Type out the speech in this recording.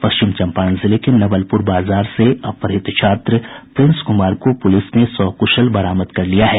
पश्चिम चम्पारण जिले के नवलपुर बाजार से अपहत छात्र प्रिंस कुमार को पुलिस ने सकुशल बरामद कर लिया है